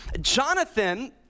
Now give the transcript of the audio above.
Jonathan